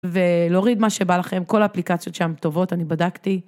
ולהוריד מה שבא לכם, כל האפליקציות שם טובות, אני בדקתי.